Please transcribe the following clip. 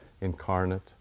incarnate